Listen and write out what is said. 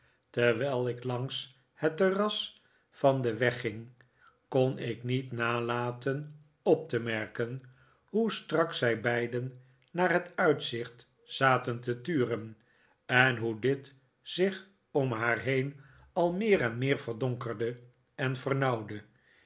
terwijl ik langs het terras van hen wegging kon ik niet nalaten op te merken hoe strak zij beiden naar het uitzicht zaten te turen en hoe dit zich om haar heen al meer en meer verdonkerde en vernauwde